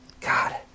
God